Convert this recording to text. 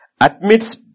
admits